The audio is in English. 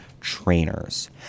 trainers